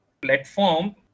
platform